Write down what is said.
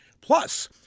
Plus